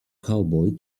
cowboy